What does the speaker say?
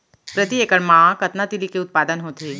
प्रति एकड़ मा कतना तिलि के उत्पादन होथे?